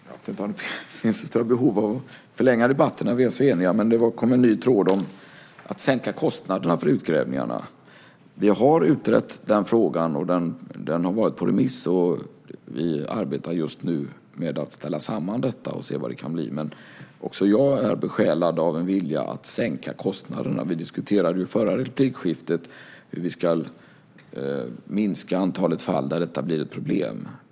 Herr talman! Det finns inget större behov av att förlänga debatten när vi är så eniga, men det kom en ny tråd om att sänka kostnaderna för utgrävningarna. Vi har utrett den frågan. Den har varit på remiss, och vi arbetar just nu med att ställa samman detta och se vad det kan bli. Också jag är besjälad av en vilja att sänka kostnaderna. Vi diskuterade ju i förra replikskiftet hur vi ska minska antalet fall där detta blir ett problem.